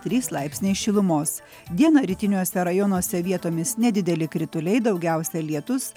trys laipsniai šilumos dieną rytiniuose rajonuose vietomis nedideli krituliai daugiausia lietus